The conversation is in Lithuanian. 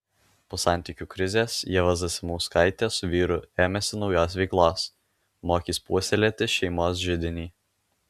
po santykių krizės ieva zasimauskaitė su vyru ėmėsi naujos veiklos mokys puoselėti šeimos židinį